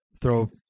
throw